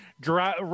drive